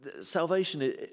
salvation